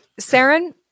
Saren